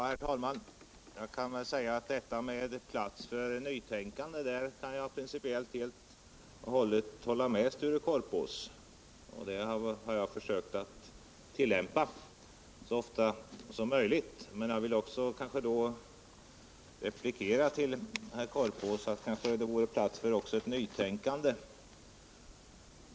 Herr talman! Jag kan väl säga att ett nytänkande behövs — det kan jag rent principiellt och helt och hållet instämma med Sture Korpås i, och det har jag också försökt tillämpa så ofta som möjligt. Men jag vill replikera till Sture Korpås att det kanske även för hans del vore plats för ett nytänkande.